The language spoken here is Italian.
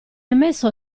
emesso